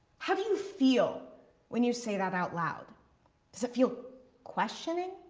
how do you feel when you say that out loud? does it feel questioning?